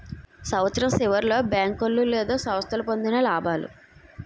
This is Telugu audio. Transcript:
సంవత్సరం సివర్లో బేంకోలు లేదా సంస్థ పొందిన లాబాలు